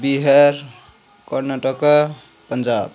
Bihar Karnataka Punjab